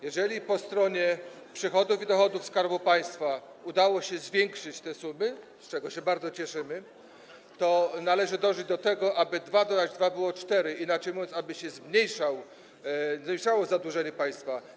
Jeżeli po stronie przychodów i dochodów Skarbu Państwa udało się zwiększyć te sumy - z czego się bardzo cieszymy - to należy dążyć do tego, aby dwa dodać dwa było cztery, inaczej mówiąc, aby się zmniejszało zadłużenie państwa.